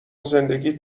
زندگیت